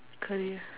career